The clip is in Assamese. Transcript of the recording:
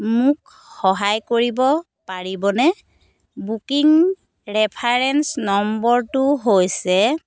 মোক সহায় কৰিব পাৰিবনে বুকিং ৰেফাৰেঞ্চ নম্বৰটো হৈছে